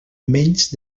menys